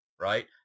right